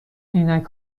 عینک